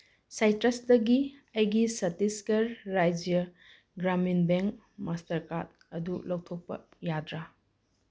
ꯁꯥꯏꯇ꯭ꯔꯁꯇꯒꯤ ꯑꯩꯒꯤ Chhattisgarh Rajya Gramin bank master card ꯑꯗꯨ ꯂꯧꯊꯣꯛꯄ ꯌꯥꯗ꯭ꯔꯥ